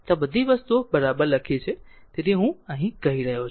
તો આ બધી વસ્તુઓ બરાબર લખી છે તેથી હું કહી રહ્યો છું